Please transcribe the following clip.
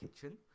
kitchen